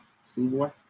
schoolboy